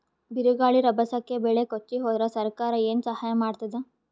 ಬಿರುಗಾಳಿ ರಭಸಕ್ಕೆ ಬೆಳೆ ಕೊಚ್ಚಿಹೋದರ ಸರಕಾರ ಏನು ಸಹಾಯ ಮಾಡತ್ತದ?